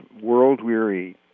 world-weary